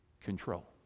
control